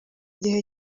gihe